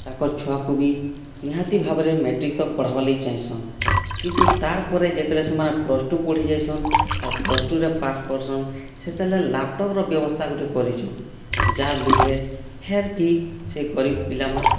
ତାକର ଛୁଆକୁ ବି ନିହାତି ଭାବରେ ମେଟ୍ରିକ୍ ତକ୍ ପଢ଼ାବାର୍ ଲାଗି ଚାହିଁସନ୍ କିନ୍ତୁ ତାର୍ ପରେ ଯେତେଲେ ସେମାନେ ପ୍ଲସ ଟୁ ପଢ଼ି ଯାଇସନ୍ ଆର୍ ପ୍ଲସ ଟୁରେ ପାସ୍ କରସନ୍ ସେତେଲେ ଲ୍ୟାପଟପ୍ର ବ୍ୟବସ୍ଥା ଗୋଟିଏ କରିଛନ୍ ଯାର୍ ଲୁଭେ ଫେର୍ ବି ସେ ଗରିବ୍ ପିଲାମା